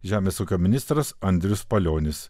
žemės ūkio ministras andrius palionis